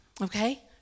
Okay